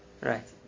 Right